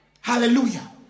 Hallelujah